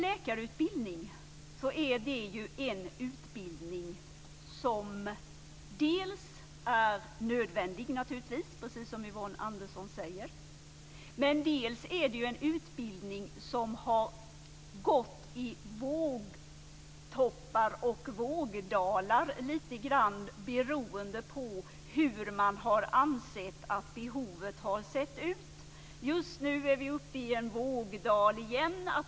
Läkarutbildningen är naturligtvis en utbildning som dels är nödvändig, precis som Yvonne Andersson säger, dels har den gått i vågtoppar och i vågdalar, lite grann beroende på hur man har ansett att behovet har sett ut. Just nu är vi uppe på en vågtopp igen.